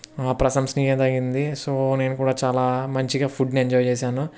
ఆ ప్రశంసనీయదగింది సో నేను కూడా చాలా మంచిగా ఫుడ్ని ఎంజాయ్ చేసాను